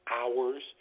hours